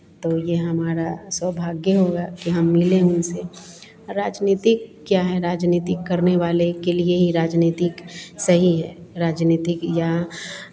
तो ये हमारा सौभाग्य होगा कि हम मिलें उनसे राजनीतिक क्या है राजनीतिक करने वाले के लिए ही राजनीतिक सही है राजनीतिक या